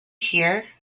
here